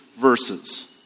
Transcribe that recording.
verses